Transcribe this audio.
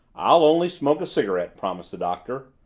i'll only smoke a cigarette, promised the doctor.